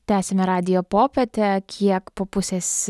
tęsiame radijo popietę kiek po pusės